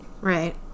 right